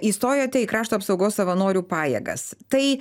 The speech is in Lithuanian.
įstojote į krašto apsaugos savanorių pajėgas tai